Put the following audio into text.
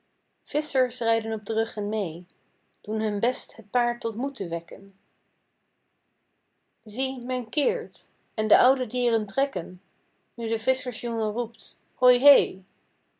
visschers rijden op de ruggen mee doen hun best het paard tot moed te wekken zie men keert en de oude dieren trekken nu de visschersjongen roept hoi hé